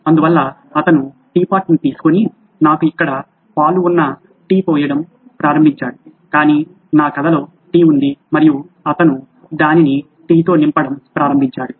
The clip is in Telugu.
అందువల్ల అతను టీ పాట్ తీసుకొని నాకు ఇక్కడ పాలు ఉన్న టీ పోయడం ప్రారంభించాడు కాని నా కథలో టీ ఉంది మరియు అతను దానిని టీతో నింపడం ప్రారంభించాడు